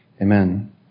Amen